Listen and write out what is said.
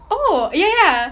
oh ya ya